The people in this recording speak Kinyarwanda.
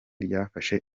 ryafashe